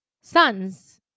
sons